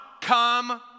come